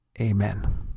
Amen